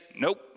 nope